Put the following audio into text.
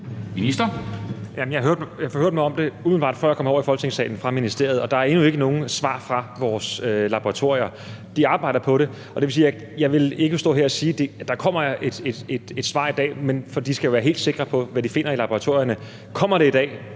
Heunicke): Jeg forhørte mig om det, umiddelbart før jeg kom herover i Folketingssalen fra ministeriet, og der er endnu ikke nogen svar fra vores laboratorier. De arbejder på det, og det vil sige, at jeg ikke vil stå her og sige, at der kommer et svar i dag, for de skal jo være helt sikre på, hvad de finder i laboratorierne. Kommer det i dag,